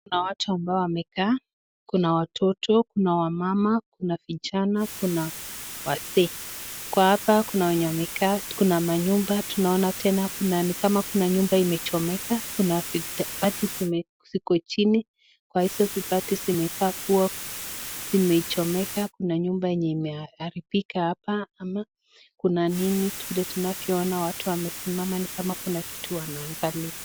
Kuna watu ambao wamekaa, kuna watoto, kuna wamama, kuna vijana, kuna wazee. Kwa hapa kuna wenye wamekaa, kuna manyumba. Tunaona tena kuna ni kama kuna nyumba imechomeka, kuna vibati ziko chini. Kwa hizo vibati zimekaa kuwa zimechomeka. Kuna nyumba yenye imeharibika hapa ama kuna nini vile tunavyoona watu wamesimama ni kama kuna kitu wanaangalia.